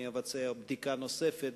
אני אבצע בדיקה נוספת,